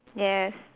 yes